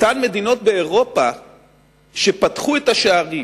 אותן מדינות באירופה שפתחו את השערים,